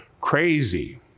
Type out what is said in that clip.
crazy